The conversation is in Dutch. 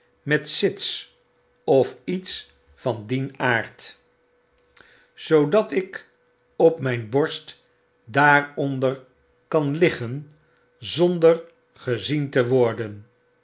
met sits ofiets van dien aard zoodat ik op myn borst daaronder kan liggen zonder gezien te worden